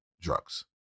drugs